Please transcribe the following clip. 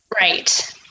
right